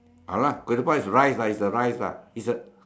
ah lah <malay<ketupat is rice lah is a rice lah it's a